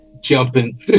jumping